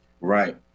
Right